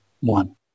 one